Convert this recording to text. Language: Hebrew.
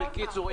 בקיצור,